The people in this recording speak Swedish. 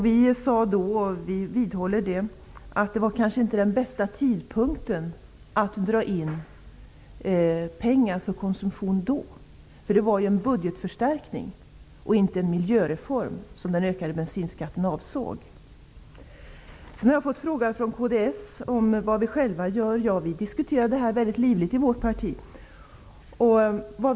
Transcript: Vi sade då -- och vi vidhåller det -- att tidpunkten kanske inte var den bästa för att dra in pengar för konsumtion. Avsikten med den ökade bensinskatten var ju att åstadkomma en budgetförstärkning och inte en miljöreform. Jag har från kds fått frågan vad vi själva gör. Ja, vi diskuterar det här väldigt livligt i vårt parti.